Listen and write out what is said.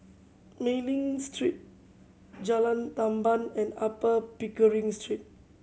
Mei Ling Street Jalan Tamban and Upper Pickering Street